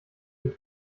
den